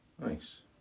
Nice